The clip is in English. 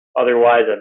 Otherwise